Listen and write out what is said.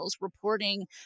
reporting